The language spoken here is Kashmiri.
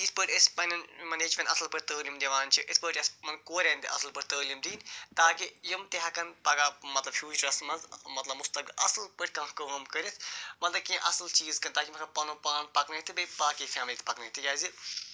یِتھ پٲٹھۍ أسۍ پنٛنٮ۪ن یِمَن نیٚچوٮ۪ن اَصٕل پٲٹھۍ تٲلیٖم دِوان چھِ اِتھ پٲٹھۍ اَسہِ یِمَن کورٮ۪ن تہِ اَصٕل پٲٹھۍ تٲلیٖم دِنۍ تاکہِ یِم تہِ ہٮ۪کَن پگاہ مطلب فیوٗچرَس منٛز مطلب اَصٕل پٲٹھۍ کانٛہہ کٲم کٔرِتھ مطلب کیٚنٛہہ اَصٕل چیٖز تاکہِ یِم ہٮ۪کَن پَنُن پان پکنٲیِتھ تہِ بیٚیہِ باقٕے فیملی تہِ پَکنٲیِتھ تِکیٛازِ